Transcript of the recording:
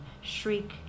shriek